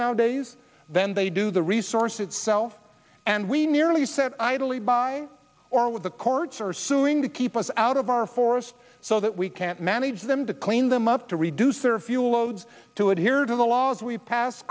now days than they do the resource itself and we nearly sat idly by or with the courts are suing to keep us out of our forests so that we can't manage them to clean them up to reduce their fuel loads to adhere to the laws we pass